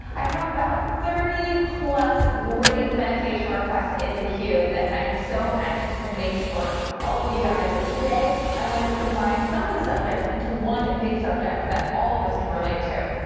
i have about thirty plus great meditation requests in the queue that i am so anxious to make for all of you guys. but today, i wanted to combine some of the subjects into one big subject that all of us can relate to,